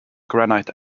granite